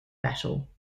battle